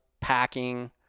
packing